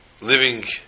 Living